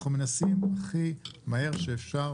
אנחנו מנסים הכי מהר שאפשר שההצעה הזאת,